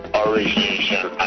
origin